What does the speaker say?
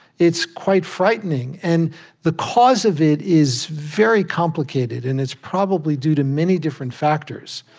it's quite frightening. and the cause of it is very complicated, and it's probably due to many different factors,